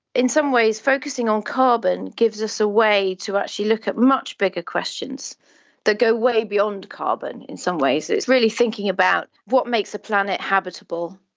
in some ways, focusing on carbon gives us a way to actually look at much bigger questions that go way beyond carbon in some ways. it's really thinking about what makes a planet habitable,